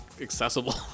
accessible